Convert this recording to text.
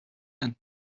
and